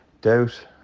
Doubt